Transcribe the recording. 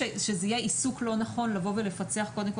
יהיה עיסוק לא נכון לבוא ולפצח קודם כל